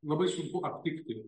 labai sunku aptikti